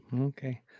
okay